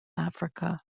africa